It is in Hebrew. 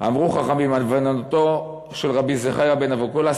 אמרו חכמים: ענוותנותו של רבי זכריה בן אבקולס